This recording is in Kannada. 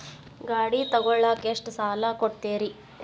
ಗಾಡಿ ತಗೋಳಾಕ್ ಎಷ್ಟ ಸಾಲ ಕೊಡ್ತೇರಿ?